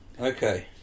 Okay